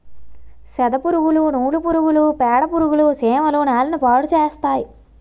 సెదపురుగులు నూలు పురుగులు పేడపురుగులు చీమలు నేలని పాడుచేస్తాయి